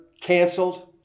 canceled